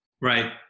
Right